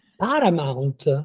paramount